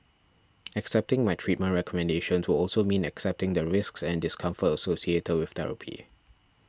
accepting my treatment recommendations would also mean accepting the risks and discomfort associated with therapy